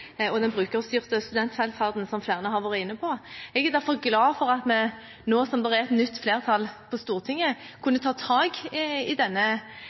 og den brukerstyrte studentvelferden, som flere har vært inne på. Jeg er derfor glad for at vi nå som det er et nytt flertall på Stortinget, kunne ta tak i denne